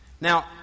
Now